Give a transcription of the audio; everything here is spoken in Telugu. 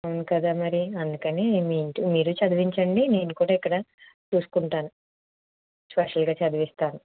అవును కదా మరి అందుకని మీ ఇంటిలో మీరే చదివించండి నేను కూడా ఇక్కడ చూసుకుంటాను స్పెషల్గా చదివిస్తాను